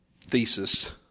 thesis